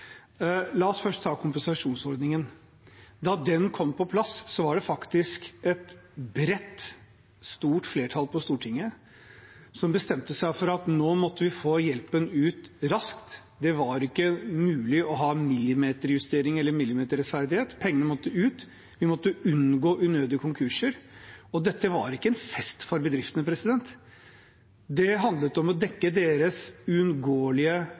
La oss først ta kompensasjonsordningen. Da den kom på plass, var det faktisk et bredt, stort flertall på Stortinget som bestemte seg for at nå måtte vi få hjelpen ut raskt. Det var ikke mulig å ha millimeterjustering eller millimeterrettferdighet. Pengene måtte ut. Vi måtte unngå unødige konkurser. Dette var ikke en fest for bedriftene. Det handlet om å dekke deler av deres